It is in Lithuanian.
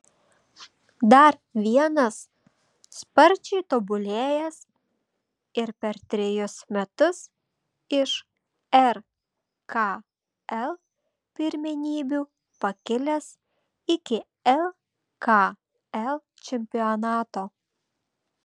dar vienas sparčiai tobulėjęs ir per trejus metus iš rkl pirmenybių pakilęs iki lkl čempionato